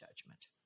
judgment